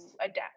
adapt